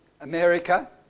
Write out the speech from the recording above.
America